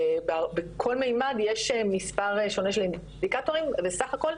ובכל מימד יש מספר שונה של אינדיקטורים וסך הכול,